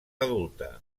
adulta